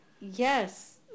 yes